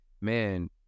man